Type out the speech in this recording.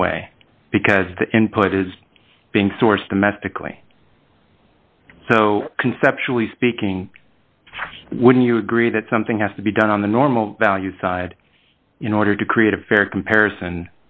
that way because the input is being sourced domestically so conceptually speaking wouldn't you agree that something has to be done on the normal value side in order to create a fair comparison